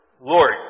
Lord